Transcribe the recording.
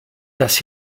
das